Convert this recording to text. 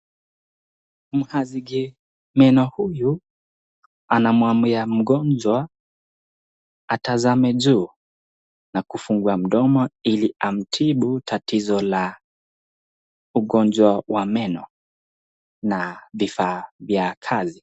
Mhazigi meno huyu anamwambia mgonjwa atazame juu na kufungua mdomo ili amtibu tatizo la ugonjwa wa meno na vifaa vya kazi.